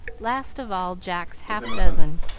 last of all jack's half-dozen,